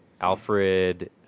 Alfred